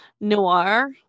noir